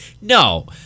no